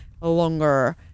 longer